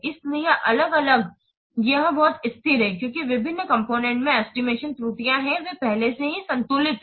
इसलिए अलग अलग यह बहुत स्थिर है क्योंकि विभिन्न कॉम्पोनेन्ट में एस्टिमेशन त्रुटियां हैं वे पहले से ही संतुलित हैं